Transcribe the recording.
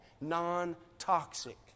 non-toxic